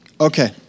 Okay